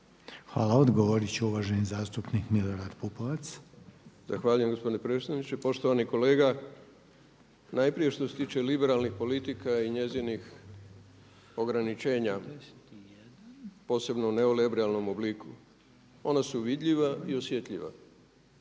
Hvala. Odgovorit će uvaženi zastupnik Milorad Pupovac. **Pupovac, Milorad (SDSS)** Zahvaljujem gospodine potpredsjedniče. Poštovani kolega, najprije što se tiče liberalnih politika i njezinih ograničenja posebno u neoliberalnom obliku. Ona su vidljiva i osjetljiva,